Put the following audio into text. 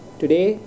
today